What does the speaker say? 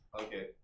okay